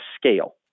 scale